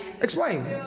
Explain